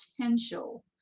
potential